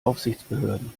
aufsichtsbehörden